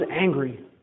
angry